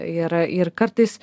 ir ir kartais